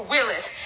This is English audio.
Willis